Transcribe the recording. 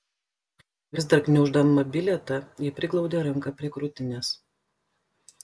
vis dar gniauždama bilietą ji priglaudė ranką prie krūtinės